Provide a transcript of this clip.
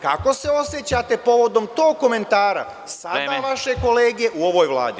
Kako se osećate povodom tog komentara sada vaše kolege u ovoj Vladi.